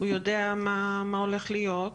הוא יודע מה הולך להיות,